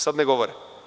Sada ne govore.